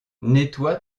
nettoie